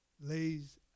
lays